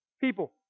people